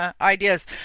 ideas